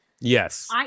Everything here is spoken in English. Yes